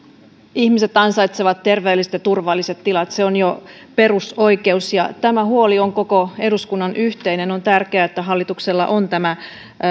ihmiset ansaitsevat terveelliset ja turvalliset tilat se on jo perusoikeus ja tämä huoli on koko eduskunnan yhteinen on tärkeää että hallituksella on tämä